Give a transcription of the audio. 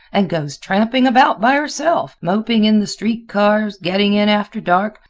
and goes tramping about by herself, moping in the street-cars, getting in after dark.